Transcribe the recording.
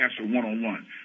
one-on-one